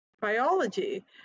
biology